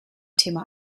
thema